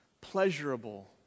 pleasurable